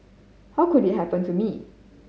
how could it happen to me